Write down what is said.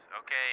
okay